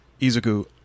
Izuku